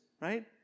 right